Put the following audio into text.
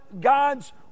God's